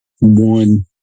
one